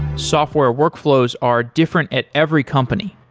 software workflows are different at every company.